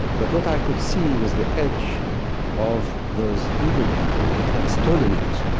but what i could see was the edge of those evil people that had stolen it,